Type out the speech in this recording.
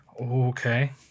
Okay